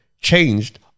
changed